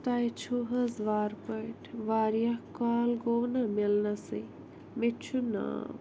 تۄہہِ چھُو حظ وارٕ پٲٹھۍ واریاہ کال گوٚو نا مِلنَسٕے مےٚ چھُ ناو